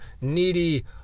needy